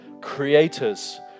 creator's